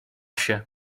się